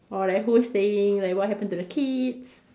or like who's staying like what happen to the kids